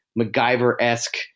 MacGyver-esque